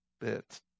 bit